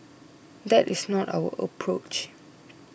that is not our approach